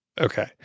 okay